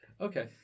Okay